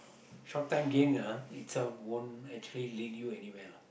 short time game lah itself won't actually lead you anywhere lah